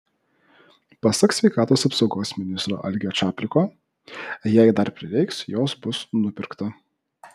pasak sveikatos apsaugos ministro algio čapliko jei dar prireiks jos bus nupirkta